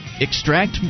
Extract